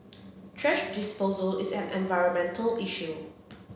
thrash disposal is an environmental issue